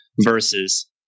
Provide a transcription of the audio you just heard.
versus